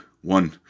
one